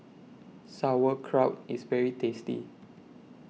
Sauerkraut IS very tasty